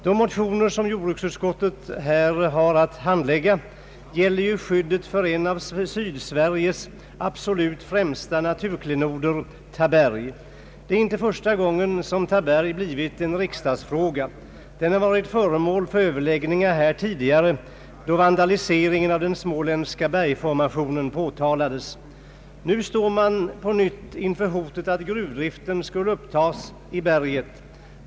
De motioner som jordbruksutskottet här haft att handlägga gäller skyddet av en av Sydsveriges absolut främsta naturklenoder: Taberg. Det är inte första gången som Taberg blivit en riksdagsfråga. Berget har varit föremål för överläggningar här tidigare, när vandaliseringen av den småländska bergsformationen påtalades. Nu står man emellertid på nytt inför hotet att gruvdriften skulle upptagas i berget.